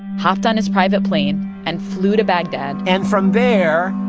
hopped on his private plane and flew to baghdad and from there,